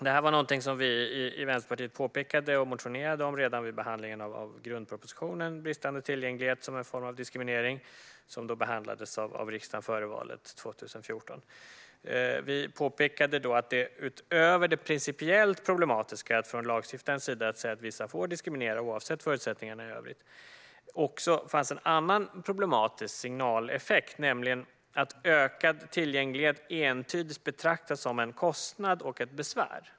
Detta var något som vi i Vänsterpartiet påpekade och motionerade om redan vid behandlingen av grundpropositionen, Bristande tillgänglighet som en form av diskriminering , som behandlades av riksdagen före valet 2014. Vi påpekade då att det utöver det principiellt problematiska, att från lagstiftarens sida säga att vissa får diskriminera oavsett förutsättningarna i övrigt, också fanns en annan problematisk signaleffekt, nämligen att ökad tillgänglighet entydigt betraktas som en kostnad och ett besvär.